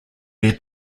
their